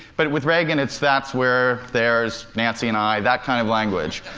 but with reagan, it's, that's where, there's nancy and i, that kind of language.